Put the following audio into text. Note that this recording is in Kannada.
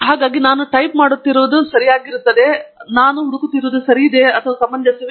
ಹಾಗಾಗಿ ನಾನು ಟೈಪ್ ಮಾಡುತ್ತಿರುವದು ಸರಿಯಾಗಿರುತ್ತದೆ ನಾನು ಹುಡುಕುತ್ತಿರುವುದು ಅದು ಸಮಂಜಸವೇ